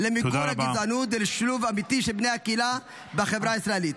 -- למיגור הגזענות ולשילוב אמיתי של בני הקהילה בחברה הישראלית.